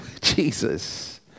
Jesus